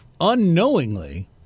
unknowingly